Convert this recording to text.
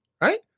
right